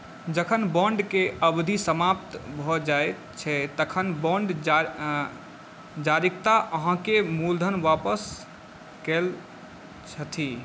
जखन बॉन्ड के अवधि समाप्त भऽ जायत छै तखन बॉन्ड जा जारीकता अहाँके मूलधन वापस कैल छथी